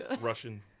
Russian